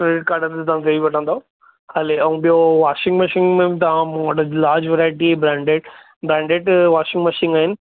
credit कार्डनि ते तव्हां वठंदव हले ऐं ॿियो वॉशिंग मशीन में तव्हां मूं वटि large variety branded branded washing machine आहिनि